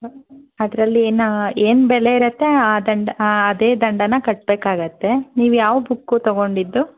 ಅದರಲ್ಲಿ ಏನು ಏನು ಬೆಲೆ ಇರುತ್ತೆ ಆ ದಂಡ ಆ ಅದೇ ದಂಡನ ಕಟ್ಬೇಕಾಗುತ್ತೆ ನೀವು ಯಾವ ಬುಕ್ಕು ತೊಗೊಂಡಿದ್ದು